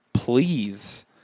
please